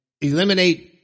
eliminate